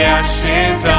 ashes